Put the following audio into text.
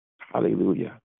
Hallelujah